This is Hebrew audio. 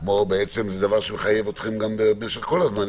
וזה דבר שבעצם מחייב אתכם כל הזמן,